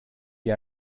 wie